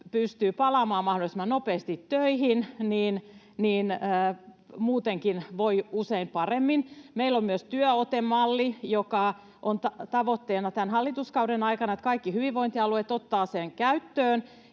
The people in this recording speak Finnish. pystyy palaamaan mahdollisimman nopeasti töihin, niin muutenkin voi usein paremmin. Meillä on myös Työote-malli, ja tämän hallituskauden aikana on tavoitteena, että kaikki hyvinvointialueet ottavat sen käyttöön,